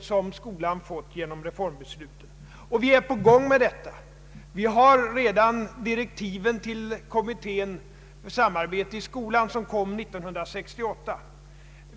som skolan fått genom reformbeslutet, och vi håller på med detta arbete. Direktiven till kommittén ”Samarbete i skolan” kom redan 1968.